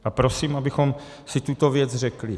A prosím, abychom si tuto věc řekli.